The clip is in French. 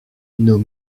nos